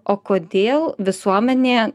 o kodėl visuomenė